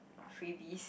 freebies